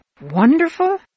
wonderful